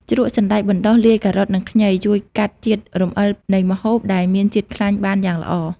ជ្រក់សណ្តែកបណ្តុះលាយការ៉ុត និងខ្ញី ជួយកាត់ជាតិរំអិលនៃម្ហូបដែលមានជាតិខ្លាញ់បានយ៉ាងល្អ។